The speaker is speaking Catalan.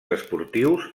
esportius